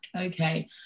Okay